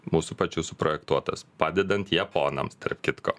mūsų pačių suprojektuotas padedant japonams tarp kitko